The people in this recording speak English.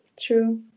True